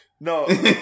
No